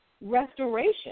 restoration